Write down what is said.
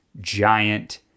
giant